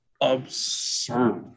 absurd